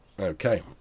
okay